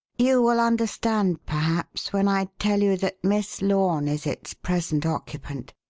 you will understand, perhaps, when i tell you that miss lorne is its present occupant.